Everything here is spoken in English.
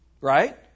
Right